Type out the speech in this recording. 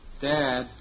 Dad